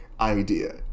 idea